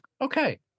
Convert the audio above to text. okay